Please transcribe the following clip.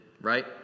right